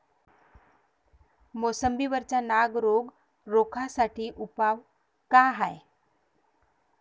मोसंबी वरचा नाग रोग रोखा साठी उपाव का हाये?